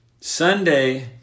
Sunday